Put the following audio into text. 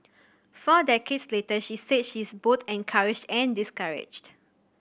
four decades later she said she is both encouraged and discouraged